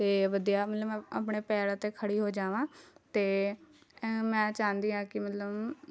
ਅਤੇ ਵਧੀਆ ਮਤਲਬ ਮੈਂ ਆਪਣੇ ਪੈਰਾਂ 'ਤੇ ਖੜ੍ਹੀ ਹੋ ਜਾਵਾਂ ਅਤੇ ਮੈਂ ਚਾਹੁੰਦੀ ਹਾਂ ਕਿ ਮਤਲਬ